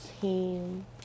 team